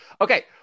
Okay